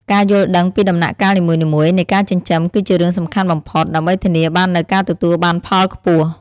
ការយល់ដឹងពីដំណាក់កាលនីមួយៗនៃការចិញ្ចឹមគឺជារឿងសំខាន់បំផុត ដើម្បីធានាបាននូវការទទួលបានផលខ្ពស់។